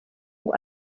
ngo